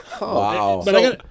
Wow